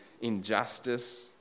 injustice